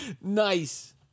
Nice